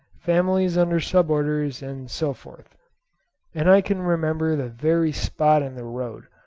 families under sub-orders and so forth and i can remember the very spot in the road,